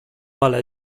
ale